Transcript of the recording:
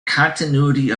continuity